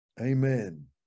amen